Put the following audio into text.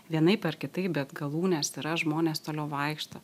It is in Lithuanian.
vienaip ar kitaip bet galūnės yra žmonės toliau vaikšto